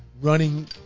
running